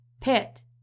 pit